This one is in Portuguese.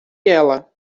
ela